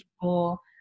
people